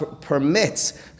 permits